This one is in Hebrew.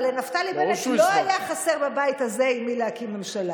אבל לנפתלי בנט לא היה חסר בבית הזה עם מי להקים ממשלה.